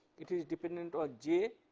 it is dependent on j.